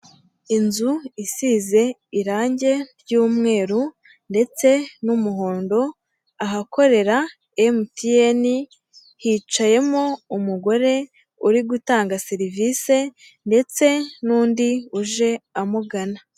Inzu isize irangi ry'umweru ndetse n'umuhondo, ahakorera MTN, hicayemo umugore uri gutanga serivisi ndetse n'undi uje amugana.